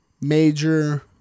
major